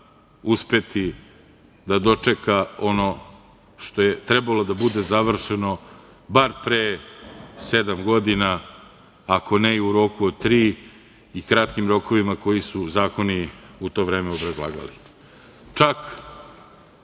uspeti da dočeka ono što je trebalo da bude završeno bar pre sedam godina, ako ne i u roku od tri i kratkim rokovima koji su zakoni u to vreme obrazlagali. Čak